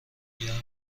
گرم